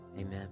amen